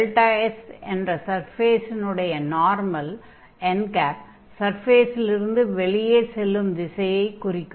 δS என்ற சர்ஃபேஸினுடைய normal n சர்ஃபேஸிலிருந்து வெளியே செல்லும் திசையைக் குறிக்கும்